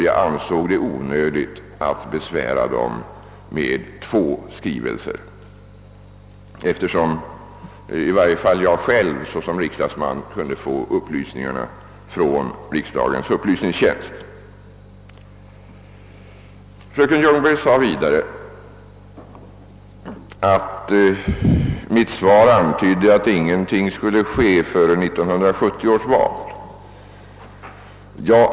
Jag ansåg det då onödigt att besvära dem med två skrivelser, eftersom i varje fall jag själv såsom riksdagsman kunde få upplysningarna från riksdagens upplysningstjänst. Fröken Ljungberg hävdade vidare att mitt svar antydde att ingenting skulle inträffa före 1970 års val.